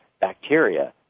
bacteria